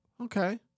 Okay